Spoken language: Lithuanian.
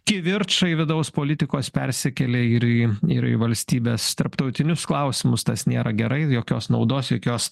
kivirčai vidaus politikos persikėlė ir į ir į valstybės tarptautinius klausimus tas nėra gerai jokios naudos jokios